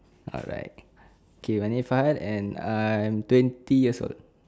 alright okay my name farhad and I'm twenty years old